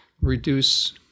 reduce